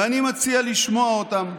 ואני מציע לשמוע אותם.